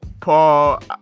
Paul